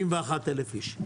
ב-81,000 איש.